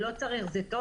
זה טוב.